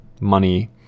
money